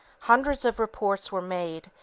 hundreds of reports were made,